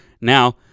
now